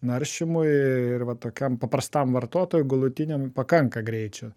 naršymui ir va tokiam paprastam vartotojui galutiniam pakanka greičio